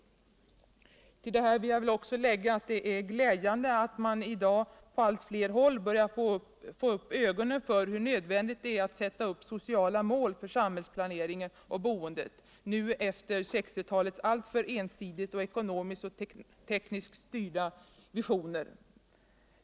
| Till detta vill jag också lägga att det är glädjande att man i dag på allt Ner håll börjar få upp ögonen för hur nödvändigt det är att sätta upp sociala mål för samhällsplaneringen och boendet efter 1960-talets alltför: ensidigt och ekonomiskt-tekniskt styrda visioner.